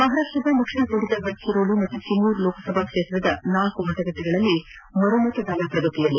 ಮಹಾರಾಷ್ಟದ ನಕ್ಸಲ್ ವೀಡಿತ ಗಡ್ಚಿರೋಲಿ ಮತ್ತು ಚಿಮೂರ್ ಲೋಕಸಭಾ ಕ್ಷೇತ್ರದ ನಾಲ್ಕ ಮತಗಟ್ಟೆಗಳಲ್ಲಿ ಮರು ಮತದಾನ ಪ್ರಗತಿಯಲ್ಲಿ